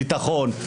ביטחון,